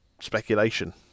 speculation